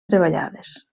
treballades